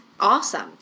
Awesome